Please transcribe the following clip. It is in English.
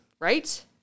right